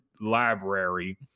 library